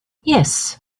yes